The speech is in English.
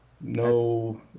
No